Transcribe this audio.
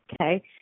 okay